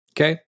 Okay